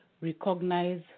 recognize